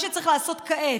מה שצריך לעשות כעת,